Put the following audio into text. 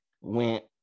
went